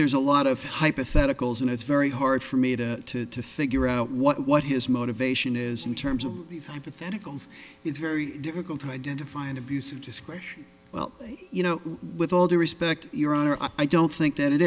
there's a lot of hypotheticals and it's very hard for me to figure out what his motivation is in terms of these hypotheticals it's very difficult to identify an abuse of discretion well you know with all due respect your honor i don't think that it